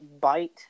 bite